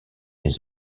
des